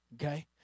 okay